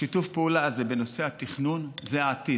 שיתוף הפעולה הזה בנושא התכנון זה העתיד,